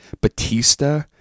Batista